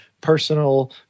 personal